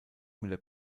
müller